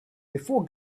before